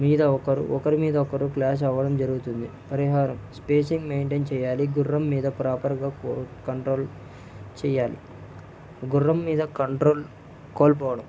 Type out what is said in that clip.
మీద ఒకరు ఒకరి మీద ఒకరు క్లాష్ అవ్వడం జరుగుతుంది పరిహారం స్పేసింగ్ మెయింటెయిన్ చెయ్యాలి గుర్రం మీద ప్రాపర్గా కో కంట్రోల్ చెయ్యాలి గుర్రం మీద కంట్రోల్ కోల్పోవడం